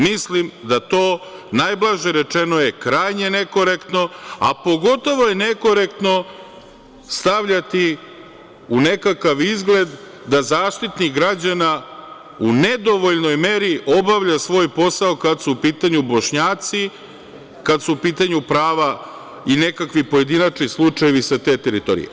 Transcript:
Mislim da je to, najblaže rečeno, krajnje nekorektno, a pogotovo je nekorektno stavljati u nekakav izgled da Zaštitnik građana, u nedovoljnoj meri obavlja svoj posao kada su u pitanju Bošnjaci, kada su u pitanju prava i nekakvi pojedinačni slučajevi sa te teritoriji.